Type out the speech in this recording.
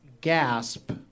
gasp